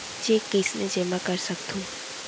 Cheque कईसने जेमा कर सकथो?